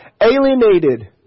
alienated